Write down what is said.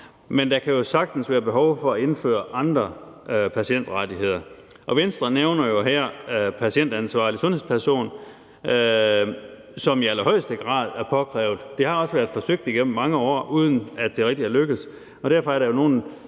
men der kan jo sagtens være behov for at indføre andre patientrettigheder. Venstre nævner her en patientansvarlig sundhedsperson, som i allerhøjeste grad er påkrævet. Det har også været forsøgt igennem mange år, uden at det rigtig er lykkedes.